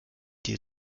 dir